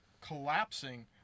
collapsing